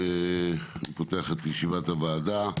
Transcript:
אני פותח את ישיבת הוועדה.